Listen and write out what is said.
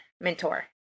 Mentor